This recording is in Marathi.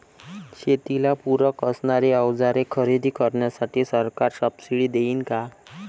शेतीला पूरक असणारी अवजारे खरेदी करण्यासाठी सरकार सब्सिडी देईन का?